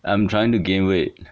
I'm trying to gain weight